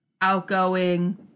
outgoing